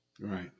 Right